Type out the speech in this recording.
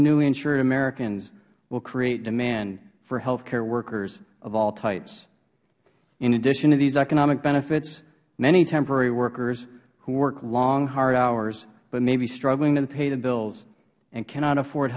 americans will create demand for health care workers of all types in addition to these economic benefits many temporary workers who work long hard hours but may be struggling to pay the bills and cannot afford